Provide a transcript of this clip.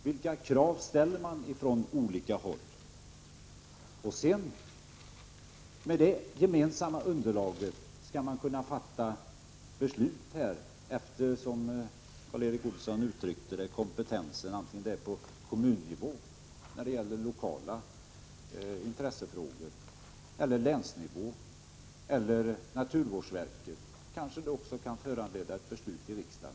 Vilka krav ställer man från olika håll? Med detta gemensamma underlag skall man kunna fatta beslut, eftersom, som Karl Erik Olsson uttryckte det, kompetensen finns, antingen det gäller kommuner eller län, om det handlar om lokala intressen, eller naturvårdsverket. Kanske det också kan föranleda ett beslut i riksdagen.